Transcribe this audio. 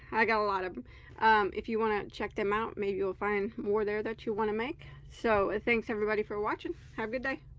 i got a lot of if you want to check them out maybe you'll find more there that you want to make so it thanks everybody for watching. have a good day